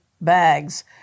bags